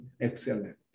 excellent